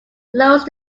close